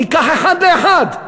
ניקח אחד לאחד,